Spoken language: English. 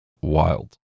Wild